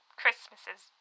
Christmases